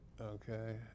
Okay